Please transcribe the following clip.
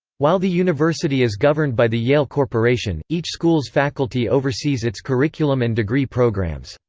while the university is governed by the yale corporation, each school's faculty oversees its curriculum and degree programs.